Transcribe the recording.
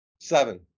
Seven